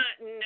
no